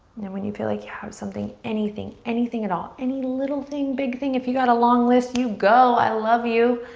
and when you feel like you have something, anything, anything at all. any little thing, big thing. if you got a long list, you go, i love you.